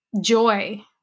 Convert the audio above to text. Joy